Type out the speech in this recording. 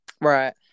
Right